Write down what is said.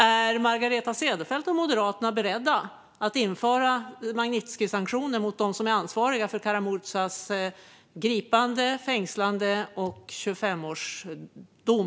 Är Margareta Cederfelt och Moderaterna beredda att införa Magnitskijsanktioner mot dem som är ansvariga för Kara-Murzas gripande, fängslande och 25åriga dom?